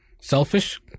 selfish